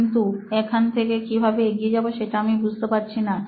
কিন্তু এখান থেকে কিভাবে এগিয়ে যাব সেটা আমি বুঝতে পারছি না